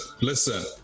listen